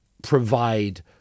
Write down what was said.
Provide